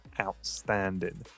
outstanding